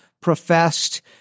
professed